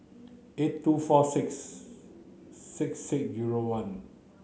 eight two four six six six zero one